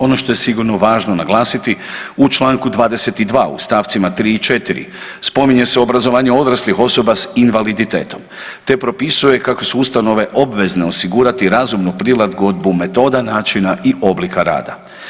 Ono što je sigurno važno naglasiti, u čl. 22. u st. 3. i 4. spominje se obrazovanje odraslih osoba s invaliditetom, te propisuje kako su ustanove obvezne osigurati razumnu prilagodbu metoda načina i oblika rada.